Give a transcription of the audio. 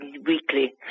weekly